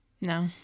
no